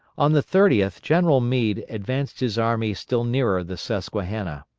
on the thirtieth general meade advanced his army still nearer the susquehanna.